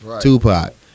Tupac